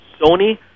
sony